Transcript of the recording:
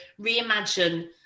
reimagine